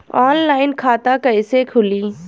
Online खाता कईसे खुलि?